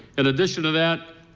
and addition to that,